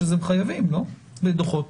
הם חייבים בדוחות,